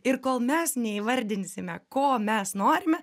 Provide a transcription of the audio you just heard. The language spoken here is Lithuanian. ir kol mes neįvardinsime ko mes norime